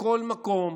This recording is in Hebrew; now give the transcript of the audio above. בכל מקום